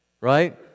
right